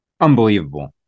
unbelievable